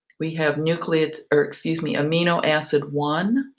we have nucleotide or, excuse me, amino acid one,